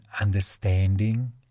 understanding